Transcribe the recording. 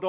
Det